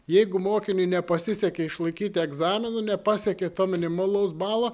jeigu mokiniui nepasisekė išlaikyti egzaminų nepasiekė to minimalaus balo